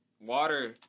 Water